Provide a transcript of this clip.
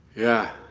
yeah.